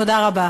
תודה רבה.